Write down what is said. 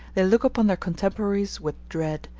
they look upon their contemporaries with dread,